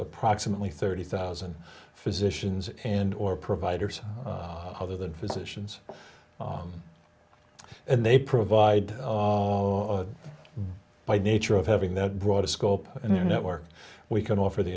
approximately thirty thousand physicians and or providers other than physicians and they provide by nature of having the broader scope in their network we can offer the